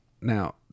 Now